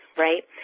right?